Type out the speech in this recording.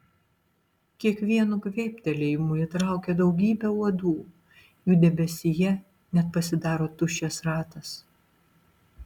kiekvienu kvėptelėjimu įtraukia daugybę uodų jų debesyje net pasidaro tuščias ratas